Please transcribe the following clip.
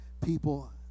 people